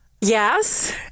Yes